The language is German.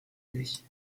sich